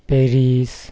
Paris